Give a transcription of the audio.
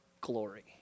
glory